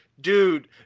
dude